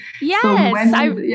Yes